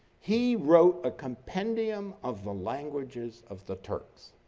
he wrote a compendium of the languages of the turks.